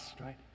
right